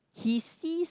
he sees